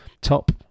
top